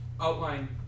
outline